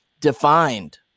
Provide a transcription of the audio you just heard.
defined